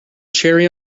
cherry